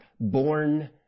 born